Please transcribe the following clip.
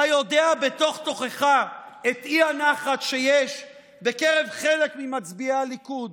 אתה מודע בתוך תוכך לאי-נחת שיש בקרב חלק ממצביעי הליכוד